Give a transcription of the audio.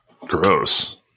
Gross